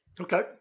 Okay